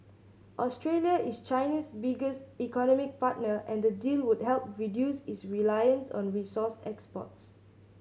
Australia is China's biggest economic partner and the deal would help reduce its reliance on resource exports